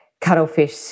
cuttlefish